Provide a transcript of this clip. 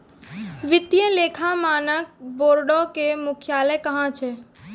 वित्तीय लेखा मानक बोर्डो के मुख्यालय कहां छै?